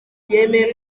yemeye